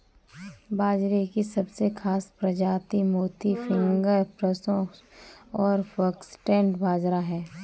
बाजरे की सबसे खास प्रजातियाँ मोती, फिंगर, प्रोसो और फोक्सटेल बाजरा है